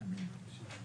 העדפת סוג דיון).